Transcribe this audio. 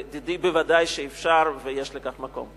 לדידי, ודאי שאפשר ויש לכך מקום.